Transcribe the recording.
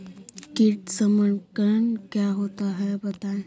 कीट संक्रमण क्या होता है बताएँ?